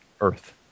Earth